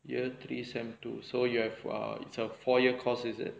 year three semester two so you have err it's a four year course is it